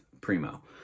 primo